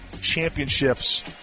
championships